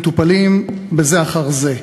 מטופלים בזה אחר זה.